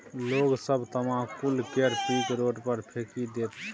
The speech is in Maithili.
लोग सब तमाकुल केर पीक रोड पर फेकि दैत छै